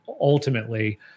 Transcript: ultimately